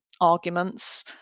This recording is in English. arguments